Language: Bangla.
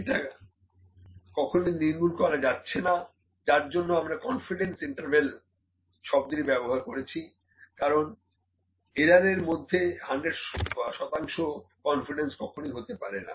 এটা কখনোই নির্মূল করা যাচ্ছে না যার জন্য আমরা কনফিডেন্স ইন্টারভ্যাল শব্দটি ব্যবহার করেছি কারণ রেনডম এরার মধ্যে 100 শতাংশ কনফিডেন্স কখনোই হতে পারেনা